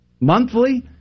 Monthly